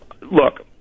Look